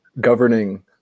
governing